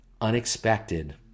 unexpected